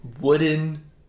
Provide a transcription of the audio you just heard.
wooden